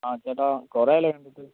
ആ ചേട്ടാ കുറേയായല്ലോ കണ്ടിട്ട്